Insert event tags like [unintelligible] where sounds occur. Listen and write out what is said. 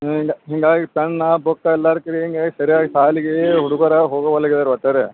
ಹಾಂ [unintelligible] ಹೀಗಾಗಿ ಪೆನ್ನ ಬುಕ್ ಎಲ್ಲಾರ [unintelligible] ಸರಿಯಾಗಿ ಶಾಲಿಗೆ ಹುಡುಗರು ಹೋಗೊವಲ್ಲ ಇವ್ರ ಹೊತ್ತಾರೆ